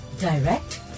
direct